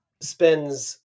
spends